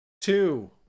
two